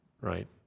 right